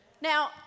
Now